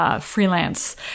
Freelance